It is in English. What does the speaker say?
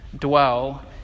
dwell